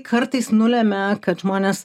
kartais nulemia kad žmonės